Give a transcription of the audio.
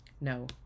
no